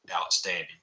outstanding